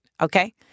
Okay